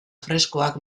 freskoak